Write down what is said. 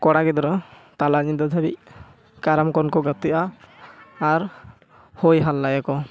ᱠᱚᱲᱟ ᱜᱤᱫᱽᱨᱟᱹ ᱛᱟᱞᱟ ᱧᱤᱫᱟᱹ ᱫᱷᱟᱹᱵᱤᱡ ᱠᱟᱴᱟᱢ ᱠᱚᱱ ᱠᱚ ᱜᱟᱛᱮᱜᱼᱟ ᱟᱨ ᱦᱳᱭ ᱦᱟᱞᱞᱟᱭᱟᱠᱚ